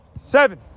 seven